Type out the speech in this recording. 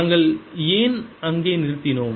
நாங்கள் ஏன் அங்கே நிறுத்தினோம்